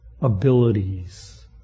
abilities